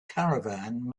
caravan